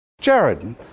Jared